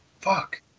Fuck